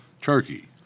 Turkey